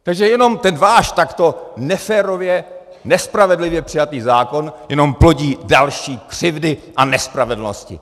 Takže jenom ten váš takto neférově, nespravedlivě přijatý zákon jenom plodí další křivdy a nespravedlnosti.